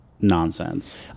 nonsense